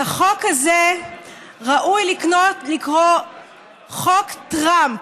לחוק הזה ראוי לקרוא חוק טראמפ,